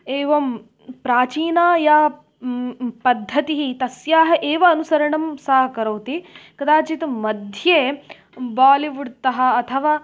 एवं प्राचीना या पद्धतिः तस्याः एव अनुसरणं सा करोति कदाचित् मध्ये बालिवुड् तः अथवा